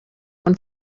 one